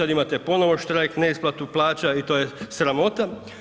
Sad imate ponovno štrajk, neisplatu plaća i to je sramota.